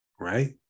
right